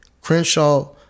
Crenshaw